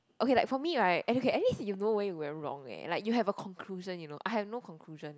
okay like for me right okay at least you know where you went wrong eh like you have a conclusion you know I have no conclusion eh